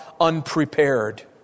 unprepared